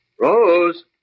Rose